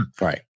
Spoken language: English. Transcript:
Right